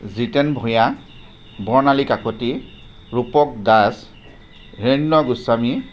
Jiten Bhuyan Bornali Kakati Rupak Das Hiranya Goswami